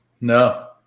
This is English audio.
No